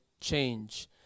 change